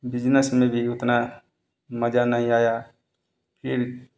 business में भी उतना मजा नहीं आया कि